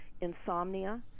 insomnia